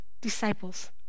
disciples